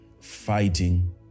fighting